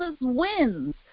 wins